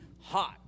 hot